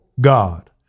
God